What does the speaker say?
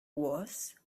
was